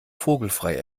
vogelfrei